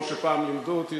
כמו שפעם לימדו אותי,